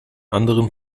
anderen